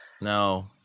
no